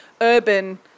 urban